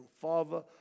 Father